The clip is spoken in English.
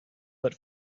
but